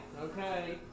okay